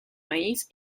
maíz